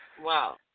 Wow